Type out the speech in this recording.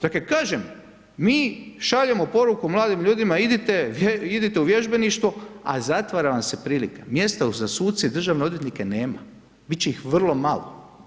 Dakle, kažem, mi šaljemo poruku mladim ljudima, idite, idite u vježbeništvo a zatvara vam se prilika, mjesto za suce i državne odvjetnike nema, biti će ih vrlo malo.